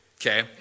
Okay